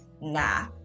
nah